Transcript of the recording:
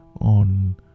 on